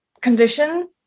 condition